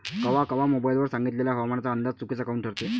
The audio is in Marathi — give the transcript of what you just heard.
कवा कवा मोबाईल वर सांगितलेला हवामानाचा अंदाज चुकीचा काऊन ठरते?